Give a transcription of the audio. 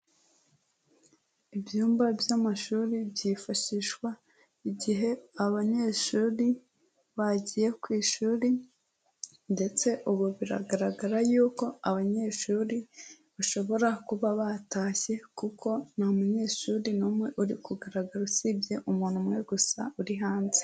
Ibyumba by'amashuri byifashishwa igihe abanyeshuri bagiye ku ishuri ndetse ubu biragaragara yuko abanyeshuri bashobora kuba batashye kuko nta munyeshuri n'umwe uri kugaragara usibye umuntu umwe gusa uri hanze.